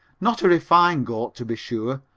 not a refined goat, to be sure,